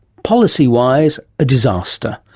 policy-wise a disaster.